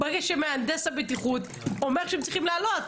כאשר מהנדס הבטיחות אומר שהם צריכים לעלות.